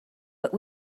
but